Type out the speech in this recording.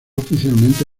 oficialmente